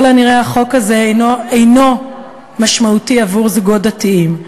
הנראה החוק הזה אינו משמעותי עבור זוגות דתיים.